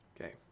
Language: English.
Okay